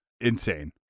insane